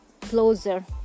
closer